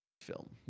film